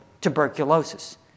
tuberculosis